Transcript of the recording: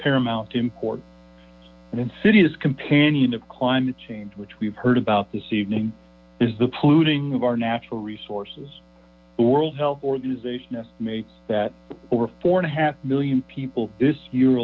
paramount import and insidious companion of climate change which we've heard about this evening the polluting of our natural resources the world health organization estimates that over four and a half million people this year